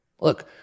Look